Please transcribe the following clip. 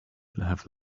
have